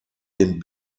den